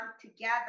together